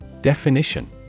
Definition